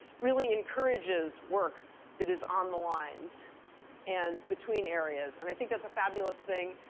really encourages work that is on the lines and between areas. and i think that's a fabulous thing.